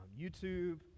YouTube